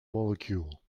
molecule